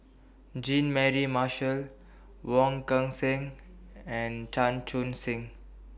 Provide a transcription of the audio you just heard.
Jean Mary Marshall Wong Kan Seng and Chan Chun Sing